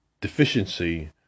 deficiency